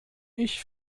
ich